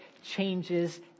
changes